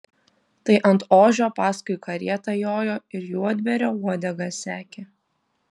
tai ant ožio paskui karietą jojo ir juodbėrio uodegą sekė